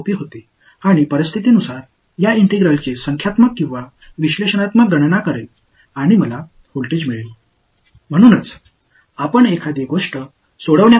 நிலைமையைப் பொறுத்து இந்த ஒருங்கிணைப்பை எண்ணியல் ரீதியாகவோ அல்லது பகுப்பாய்வு ரீதியாகவோ கணக்கிடுவேன் மேலும் எனக்கு மின்னழுத்தம் கிடைக்கும்